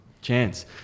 chance